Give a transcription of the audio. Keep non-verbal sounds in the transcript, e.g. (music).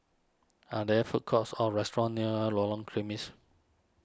are there food courts or restaurants near Lorong (unintelligible)